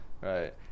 right